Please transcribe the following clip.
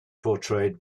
portrayed